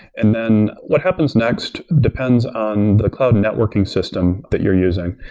and then what happens next depends on the cloud networking system that you're using.